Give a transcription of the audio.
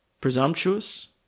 presumptuous